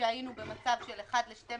כשהיינו במצב של 1/12